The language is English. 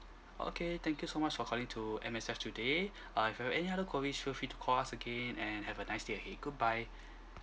okay thank you so much for calling to M_S_F today uh if you have any other query feel free to call us again and have a nice day ahead goodbye